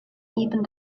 iepen